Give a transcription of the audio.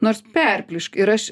nors perplyšk ir aš